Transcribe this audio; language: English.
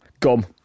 Gum